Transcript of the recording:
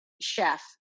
chef